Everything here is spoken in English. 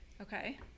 Okay